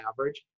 average